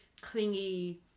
clingy